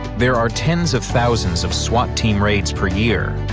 there are tens of thousands of swat team raids per year,